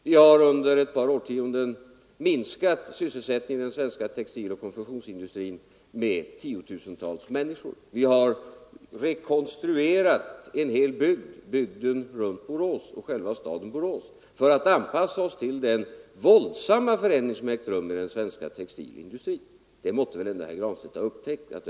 Vi har under ett par årtionden minskat sysselsättningen inom den svenska textiloch konfektionsindustrin med tiotusentals människor. Vi har rekonstruerat en hel bygd, nämligen Boråsbygden, inräknat staden Borås, för att anpassa oss till den våldsamma förändring som ägt rum inom den svenska textilindustrin. Det måtte väl herr Granstedt ha upptäckt.